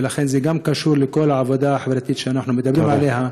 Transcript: ולכן גם זה קשור לכל העבודה החברתית שאנחנו מדברים עליה.